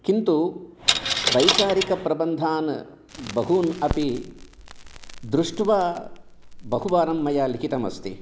किन्तु वैचारिकप्रबन्धान् बहून् अपि दृष्ट्वा बहुवारं मया लिखितम् अस्ति